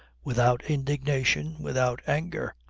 without indignation, without anger.